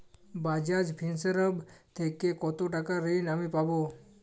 বাজাজ ফিন্সেরভ থেকে কতো টাকা ঋণ আমি পাবো?